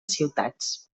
ciutats